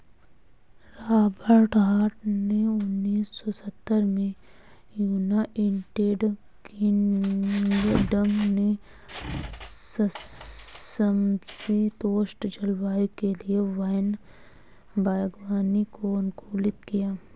Robert Hart ने उन्नीस सौ सत्तर में यूनाइटेड किंगडम के समषीतोष्ण जलवायु के लिए वैन बागवानी को अनुकूलित किया